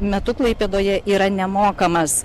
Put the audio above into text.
metu klaipėdoje yra nemokamas